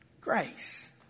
grace